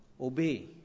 obey